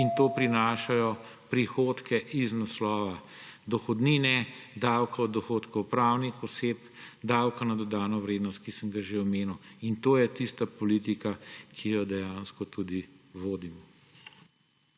In to prinaša prihodke z naslova dohodnine, davka od dohodkov pravnih oseb, davka na dodano vrednost, ki sem ga že omenil; in to je tista politika, ki jo dejansko tudi vodimo.